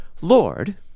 Lord